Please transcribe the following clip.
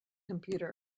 computer